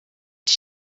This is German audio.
die